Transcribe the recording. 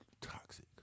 Toxic